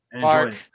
Mark